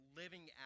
living